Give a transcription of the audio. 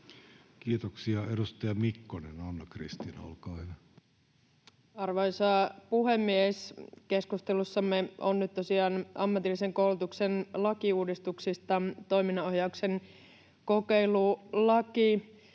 liittyviksi laeiksi Time: 20:16 Content: Arvoisa puhemies! Keskustelussamme on nyt tosiaan ammatillisen koulutuksen lakiuudistuksista toiminnanohjauksen kokeilulaki,